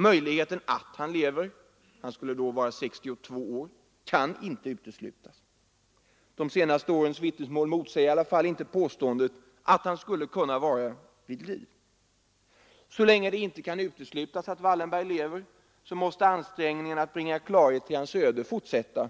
Möjligheten att han lever — han skulle då vara 62 år — kan inte uteslutas. De senaste årens vittnesmål motsäger i varje fall inte påståendet att han skulle vara vid liv. Så länge som det inte kan uteslutas att Wallenberg lever måste ansträngningarna att bringa klarhet i hans öde fortsätta.